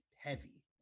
heavy